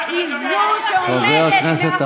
בן גביר, אל תקריאי סתם.